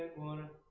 one